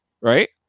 right